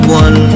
one